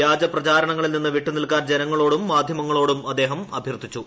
വ്യാജ പ്രചാരണങ്ങളിൽ നിന്നു വിട്ടുനിൽക്കാൻ ജനങ്ങളോടും മാധ്യമങ്ങളോടും അദ്ദേഹം അഭ്യർത്ഥിച്ചു